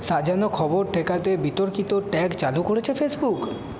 সাজানো খবর ঠেকাতে বিতর্কিত ট্যাগ চালু করেছে ফেসবুক